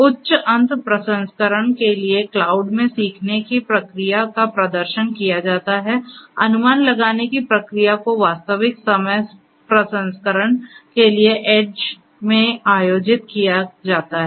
उच्च अंत प्रसंस्करण के लिए क्लाउड में सीखने की प्रक्रिया का प्रदर्शन किया जाता है अनुमान लगाने की प्रक्रिया को वास्तविक समय प्रसंस्करण के लिए ऐड्ज में आयोजित किया जाता है